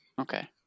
Okay